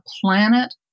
planet